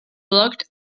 locked